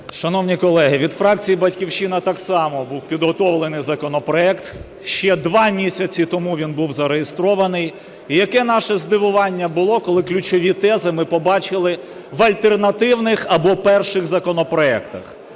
Шановні колеги, від фракції "Батьківщина", так само, був підготовлений законопроект, ще два місяці тому він був зареєстрований і яке наше здивування було, коли ключові тези ми побачили в альтернативних або перших законопроектах,